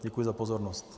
Děkuji za pozornost.